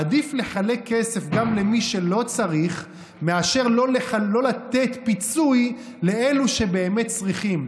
עדיף לחלק כסף גם למי שלא צריך מאשר לא לתת פיצוי לאלו שבאמת צריכים,